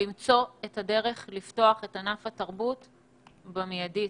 למצוא את הדרך לפתוח את משרד התרבות באופן מידי.